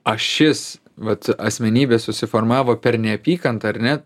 ašis vat asmenybė susiformavo per neapykantą ar ne